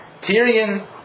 Tyrion